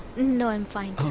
no. i'm fine.